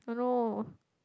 oh no